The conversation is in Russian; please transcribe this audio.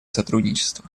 сотрудничество